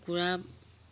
কুকুৰা